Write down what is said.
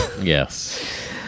Yes